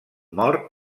mort